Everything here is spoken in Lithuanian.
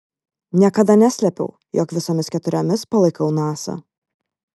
niekada neslėpiau jog visomis keturiomis palaikau nasa